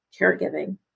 caregiving